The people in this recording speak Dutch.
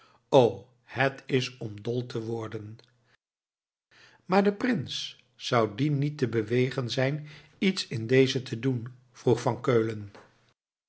o het is om dol te worden maar de prins zou die niet te bewegen zijn iets in deze te doen vroeg van keulen